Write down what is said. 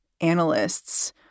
analysts